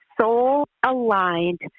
soul-aligned